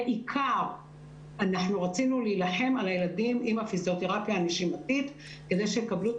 בעיקר רצינו להילחם על הילדים עם הפיזיותרפיה הנשימתית כדי שיקבלו את